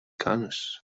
cannes